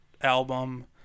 album